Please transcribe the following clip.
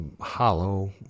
hollow